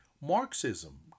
Marxism